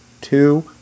two